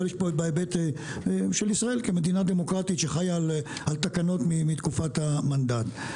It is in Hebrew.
אבל יש פה בהיבט של ישראל כמדינה דמוקרטית שחיה על תקנות מתקופת המנדט.